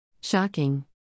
Shocking